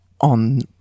on